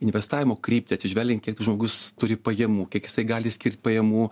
investavimo kryptį atsižvelgiant kiek žmogus turi pajamų kiek jisai gali skirt pajamų